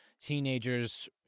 teenagers